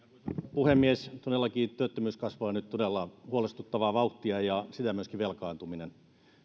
puhemies todellakin työttömyys kasvaa nyt todella huolestuttavaa vauhtia ja siten myöskin velkaantuminen